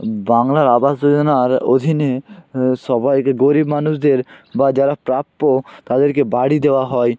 বাংলার আবাস যোজনার অধীনে সবাইকে গরীব মানুষদের বা যারা প্রাপ্য তাদেরকে বাড়ি দেওয়া হয়